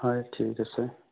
হয় ঠিক আছে